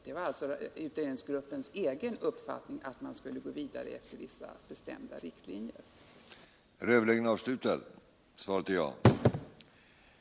Det Tisdagen den var således gruppens egen uppfattning att man skulle gå vidare efter vissa 30 maj 1978 bestämda riktlinjer.